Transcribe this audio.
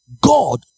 God